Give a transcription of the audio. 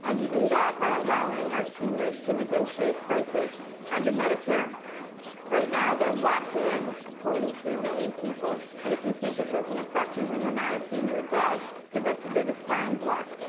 ah you do that by allowing our seniors to negotiate prices under medicare right now. they're locked in at forty three million people and if you think it doesn't affect you when you're not a senior, it does, because that's the biggest buying block.